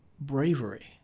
bravery